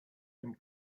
dem